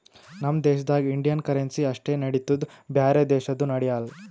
ನಮ್ ದೇಶದಾಗ್ Indian currency ಅಷ್ಟೇ ನಡಿತ್ತುದ್ ಬ್ಯಾರೆ ದೇಶದು ನಡ್ಯಾಲ್